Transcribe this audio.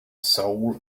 soul